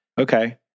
Okay